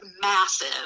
massive